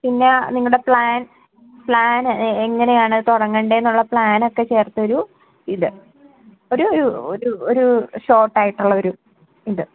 പിന്നെ നിങ്ങളുടെ plan plan A എങ്ങനാണ് തുടങ്ങണ്ടത് എന്നുള്ള പ്ലാൻ ഒക്കെ ചേർത്തോരു ഇത് ഒരു ഒരു ഒരു ഒരു ഷോർട്ട് ആയിട്ടുള്ള ഒരു ഇത്